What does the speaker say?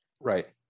Right